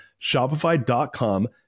shopify.com